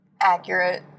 Accurate